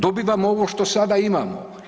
Dobivamo ovo što sada imamo.